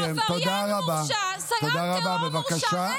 האיש הזה עבריין מורשע, סייען טרור מורשע.